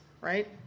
Right